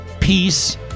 peace